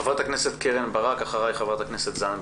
חברת הכנסת קרן ברק ואחריך חברת הכנסת תמר זנדברג.